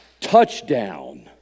Touchdown